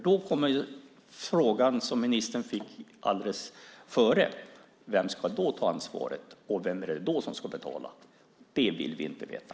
Då kommer frågan som ministern fick alldeles innan: Vem ska då ta ansvaret, och vem är det då som ska betala? Det vill vi inte veta.